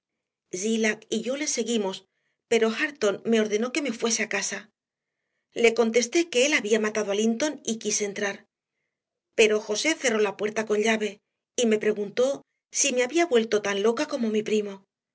zillah y yo le seguimos pero hareton me ordenó que me fuese a casa le contesté que él había matado a linton y quise entrar pero josé cerró la puerta con llave y me preguntó si me había vuelto tan loca como mi primo